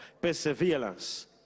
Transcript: perseverance